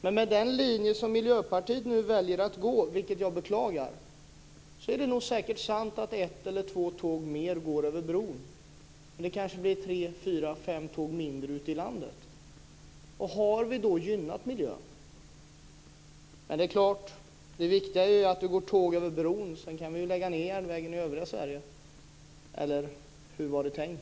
Men med den linje som Miljöpartiet nu väljer att gå - och jag beklagar det - är det säkert sant att ett eller två tåg mer går över bron, men det blir kanske tre, fyra eller fem tåg mindre ute i landet. Har vi då gynnat miljön? Men det viktiga är ju att det går tåg över bron. Sedan kan vi lägga ned järnvägen i övriga Sverige. Eller hur var det tänkt?